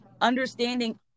understanding